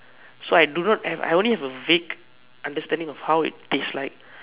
so I do not have I only have a vague understanding of how it tastes like